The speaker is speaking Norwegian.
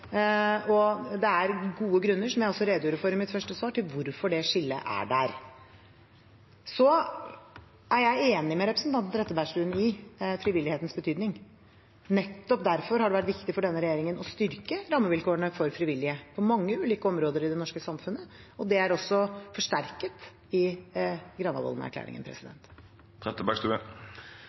og det er gode grunner – som jeg også redegjorde for i mitt første svar – for hvorfor det skillet er der. Jeg er enig med representanten Trettebergstuen i frivillighetens betydning. Nettopp derfor har det vært viktig for denne regjeringen å styrke rammevilkårene for frivillige på mange ulike områder i det norske samfunnet. Det er også forsterket i